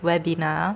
webinar